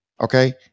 Okay